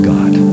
God